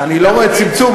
אני לא רואה צמצום,